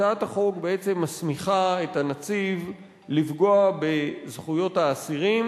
הצעת החוק בעצם מסמיכה את הנציב לפגוע בזכויות האסירים,